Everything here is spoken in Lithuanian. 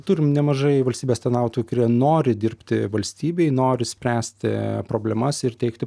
turim nemažai valstybės tarnautojų kurie nori dirbti valstybei nori spręsti problemas ir teikti